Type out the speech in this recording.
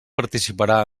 participarà